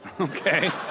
Okay